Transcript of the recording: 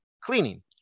cleaning